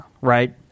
right